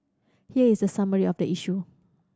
here is a summary of the issue